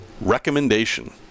recommendation